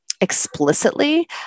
explicitly